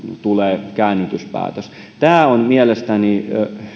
tulee käännytyspäätös tämä on mielestäni